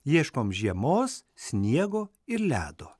ieškome žiemos sniego ir ledo